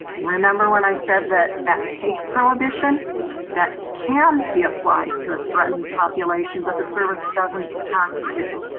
remember when i said that that take prohibition that can be applied to a threatened population, but the service doesn't have to.